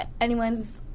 anyone's